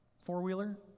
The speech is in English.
Four-wheeler